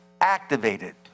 activated